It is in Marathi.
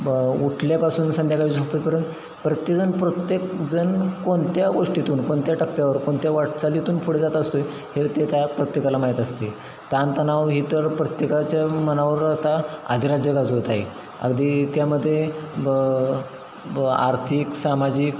ब उठल्यापासून संध्याकाळी झोपेपर्यंत प्रत्येकजण प्रत्येकजण कोणत्या गोष्टीतून कोणत्या टप्प्यावर कोणत्या वाटचालीतून पुढे जात असतोय हे ते त्या प्रत्येकाला माहीत असते ताणतणाव ही तर प्रत्येकाच्या मनावर आता अधिराज्य गाजवत आहे अगदी त्यामध्ये ब ब आर्थिक सामाजिक